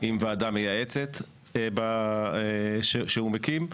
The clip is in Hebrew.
עם ועדה מייעצת שהוא מקים,